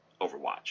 overwatch